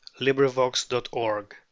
LibriVox.org